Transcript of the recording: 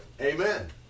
Amen